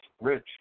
Rich